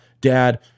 dad